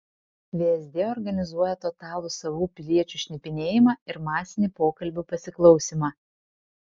vsd organizuoja totalų savų piliečių šnipinėjimą ir masinį pokalbių pasiklausymą